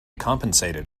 compensated